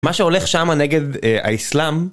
מה שהולך שמה נגד האיסלאם